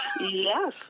Yes